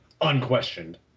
Unquestioned